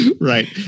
Right